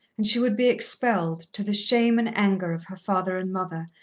and she would be expelled, to the shame and anger of her father and mother,